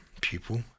pupil